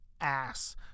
ass